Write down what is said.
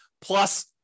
Plus